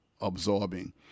absorbing